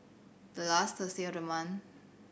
the last of the month